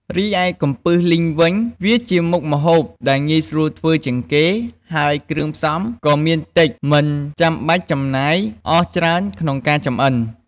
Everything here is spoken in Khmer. រីឯកំពឹសលីងវិញ វាជាមុខម្ហូបដែលងាយស្រួលធ្វើជាងគេ ហើយគ្រឿងផ្សំក៏មានតិចមិនចំបាច់ចំណាយអស់ច្រើនក្នុងការចម្អិន។